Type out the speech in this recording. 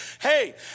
hey